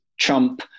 Trump